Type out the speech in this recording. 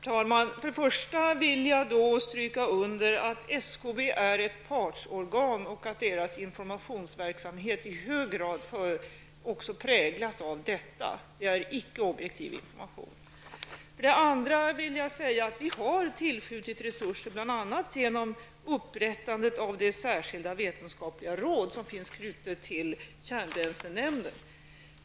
Herr talman! För det första vill jag stryka under att SKB är ett partsorgan och att dess informationsverksamhet i hög grad också präglas av detta. Det är icke objektiv information. För det andra vill jag säga att vi har tillskjutit resurser bl.a. genom inrättandet av det särskilda vetenskapliga råd som finns knutet till kärnbränslenämnden.